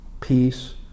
peace